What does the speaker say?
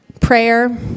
prayer